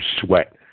sweat